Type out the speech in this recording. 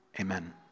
Amen